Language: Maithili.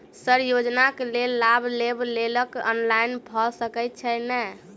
सर योजना केँ लाभ लेबऽ लेल ऑनलाइन भऽ सकै छै नै?